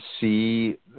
see